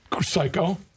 psycho